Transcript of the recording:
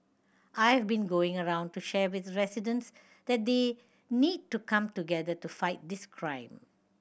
I have been going around to share with residents that they need to come together to fight this crime